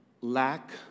lack